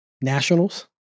Nationals